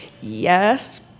yes